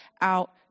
out